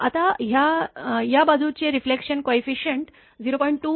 आता ह्या या बाजूचे रिफ्लेक्शन कोयफिसियंट 0